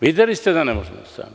Videli ste da ne možemo sami.